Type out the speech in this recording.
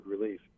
relief